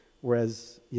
Whereas